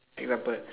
take weapon